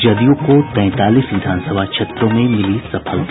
जदयू को तैंतालीस विधानसभा क्षेत्रों में मिली सफलता